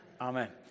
Amen